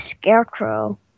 Scarecrow